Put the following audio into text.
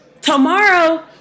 Tomorrow